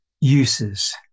uses